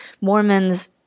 Mormons